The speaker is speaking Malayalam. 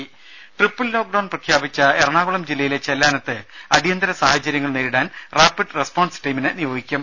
രുമ ട്രിപ്പിൾ ലോക്ക്ഡൌൺ പ്രഖ്യാപിച്ച എറണാകുളം ജില്ലയിലെ ചെല്ലാനത്ത് അടിയന്തിര സാഹചര്യങ്ങൾ നേരിടാൻ റാപ്പിഡ് റെസ്പോൺസ് ടീമിനെ നിയോഗിക്കും